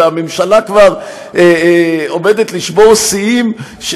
והממשלה כבר עומדת לשבור שיאים.